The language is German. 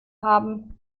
haben